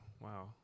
wow